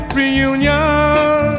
reunion